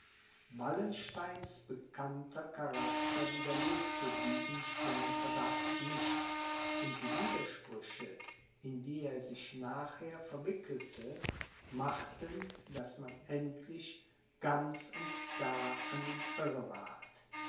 wallensteins bekannter charakter widerlegte diesen schlimmen verdacht nicht und die widersprüche in die er sich nachher verwickelte machten daß man endlich ganz und gar an ihm irre ward